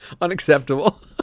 unacceptable